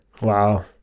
Wow